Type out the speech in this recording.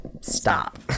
stop